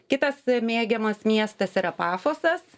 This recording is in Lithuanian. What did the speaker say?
kitas mėgiamas miestas yra pafosas